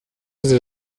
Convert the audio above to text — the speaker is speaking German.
sie